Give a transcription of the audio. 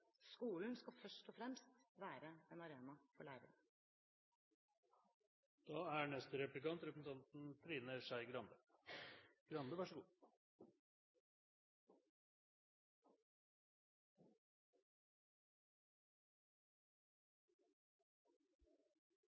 Skolen skal først og fremst være en arena for læring. Det er mulig at representanten